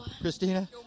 Christina